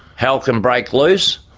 hell can break loose,